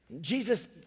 Jesus